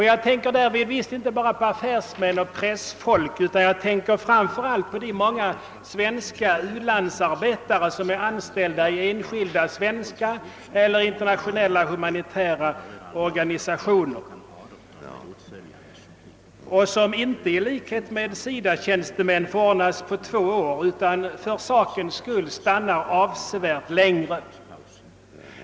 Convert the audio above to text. Jag tänker därvid visst inte bara på affärsmän och pressfolk utan framför allt på de många svenska u-landsarbetare som är anställda i enskilda svenska eller internationella humanitära organisationer och som inte i likhet med SIDA-tjänstemän förordnas på två år utan för den goda sakens skull stannar avsevärt längre.